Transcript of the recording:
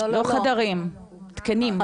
לא חדרים, תקנים.